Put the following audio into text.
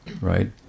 right